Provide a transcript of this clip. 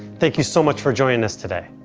thank you so much for joining us today.